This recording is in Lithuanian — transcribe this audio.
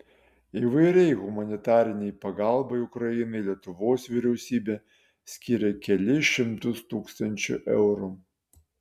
įvairiai humanitarinei pagalbai ukrainai lietuvos vyriausybė skyrė kelis šimtus tūkstančių eurų